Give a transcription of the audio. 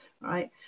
right